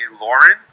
Lauren